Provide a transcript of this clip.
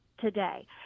today